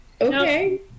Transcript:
Okay